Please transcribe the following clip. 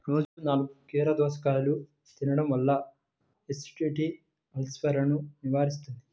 రోజూ నాలుగు కీరదోసముక్కలు తినడం వల్ల ఎసిడిటీ, అల్సర్సను నివారిస్తుంది